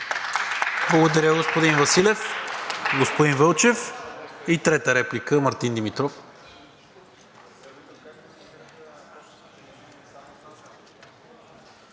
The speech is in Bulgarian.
Благодаря, господин Василев. Господин Вълчев. И трета реплика – Мартин Димитров.